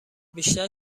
بیشتر